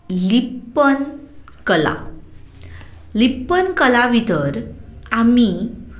लिप्पन कला लिप्पन कला भितर आमी